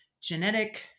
genetic